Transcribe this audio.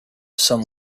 sun